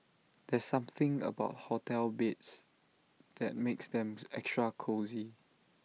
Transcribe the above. there's something about hotel beds that makes them extra cosy